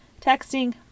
texting